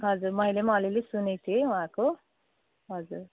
हजुर मैले पनि अलिअलि सुनेको थिएँ उहाँको हजुर